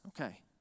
Okay